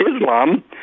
Islam